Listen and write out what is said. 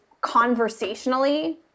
conversationally